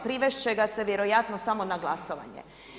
Privest će ga se vjerojatno samo na glasovanje.